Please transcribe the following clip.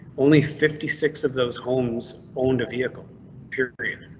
only fifty six of those homes owned a vehicle period.